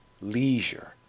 leisure